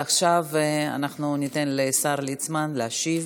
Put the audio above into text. עכשיו אנחנו ניתן לשר ליצמן להשיב.